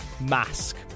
mask